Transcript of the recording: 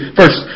first